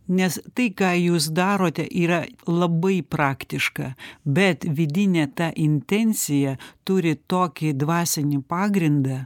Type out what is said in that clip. nes tai ką jūs darote yra labai praktiška bet vidinė ta intencija turi tokį dvasinį pagrindą